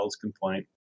complaint